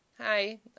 Hi